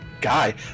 guy